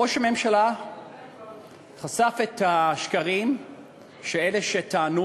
ראש הממשלה חשף את השקרים של אלה שטענו